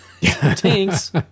tanks